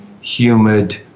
humid